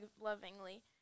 lovingly